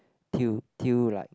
till till like